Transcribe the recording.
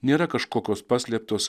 nėra kažkokios paslėptos